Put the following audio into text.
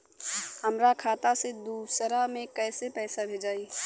हमरा खाता से दूसरा में कैसे पैसा भेजाई?